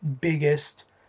biggest